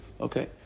Okay